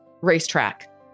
racetrack